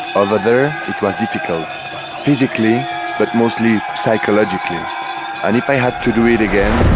over there it was difficult physically but mostly psychologically and if i had to do it again